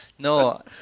No